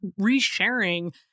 resharing